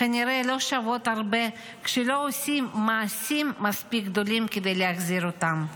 כנראה לא שוות הרבה כשלא עושים מעשים מספיק גדולים כדי להחזיר אותם.